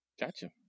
Gotcha